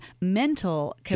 mental